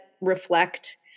reflect